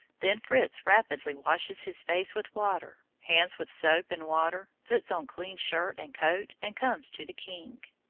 then fritz rapidly washes his face with water, hands with soap and water, puts on clean shirt and coat, and comes to the king.